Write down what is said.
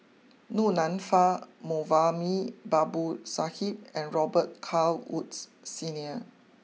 Du Nanfa Moulavi Babu Sahib and Robet Carr Woods Senior